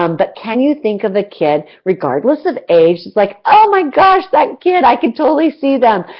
um but, can you think of a kid, regardless of age, like, oh my gosh! that kid i can totally see them!